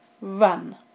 run